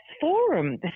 forum